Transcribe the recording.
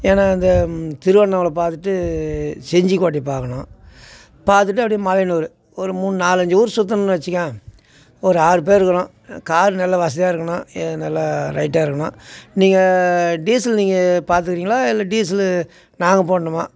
ஏனால் அந்த திருவண்ணாமலை பார்த்துட்டு செஞ்சிக்கோட்டை பார்க்கணும் பார்த்துட்டு அப்படியே மலையனூரு ஒரு மூணு நாலஞ்சு ஊர் சுற்றணும்னு வெச்சிக்கோயேன் ஒரு ஆறு பேர் இருக்கிறோம் கார் நல்ல வசதியாக இருக்கணும் எது நல்லா ஹைட்டாக இருக்கணும் நீங்கள் டீசல் நீங்கள் பார்த்துக்கிறீங்களா இல்லை டீசல்லு நாங்கள் போடணுமா